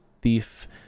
thief